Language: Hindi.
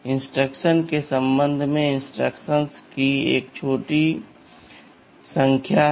इंस्ट्रक्शंस के संबंध में इंस्ट्रक्शंस की एक छोटी संख्या है